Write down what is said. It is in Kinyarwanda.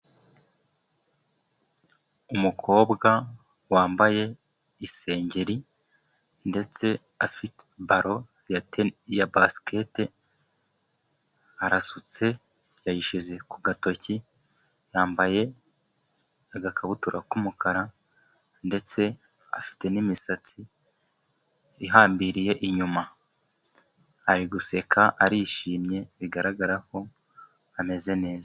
Umukobwa wambaye isengeri, ndetse afite balo ya basikete, arasutse yayishyize ku gatoki .Yambaye agakabutura k'umukara, ndetse afite n'imisatsi ihambiriye inyuma. Ari guseka arishimye bigaragara ko ameze neza.